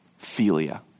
Philia